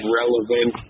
relevant